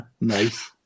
Nice